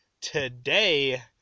Today